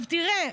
תראה,